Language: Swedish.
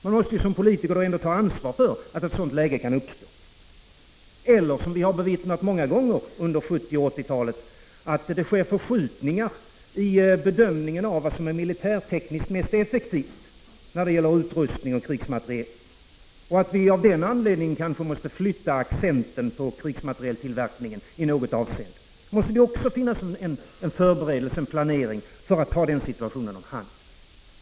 Man måste som politiker ändå ta ansvar för att ett sådant läge kan uppstå. Eller, som vi har bevittnat många gånger under 70 och 80-talen, att det sker förskjutningar i bedömningen av vad som är militärtekniskt mest effektivt när det gäller utrustning och krigsmateriel och att vi av den anledningen kanske måste flytta accenten på krigsmaterieltillverkningen i något avseende. Det måste finnas en planering också för att ta den situationen om hand.